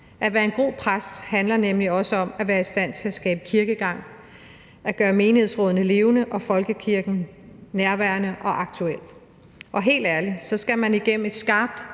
At være en god præst handler nemlig også om at være i stand til at skabe kirkegang, at gøre menighedsrådene levende og folkekirken nærværende og aktuel. Og helt ærligt, man skal igennem et skarpt